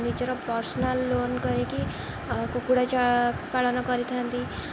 ନିଜର personal loan କରିକି କୁକୁଡ଼ା ପାଳନ କରିଥାନ୍ତି